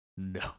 No